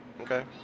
Okay